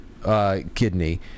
Kidney